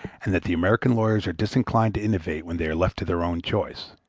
and that the american lawyers are disinclined to innovate when they are left to their own choice.